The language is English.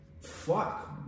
Fuck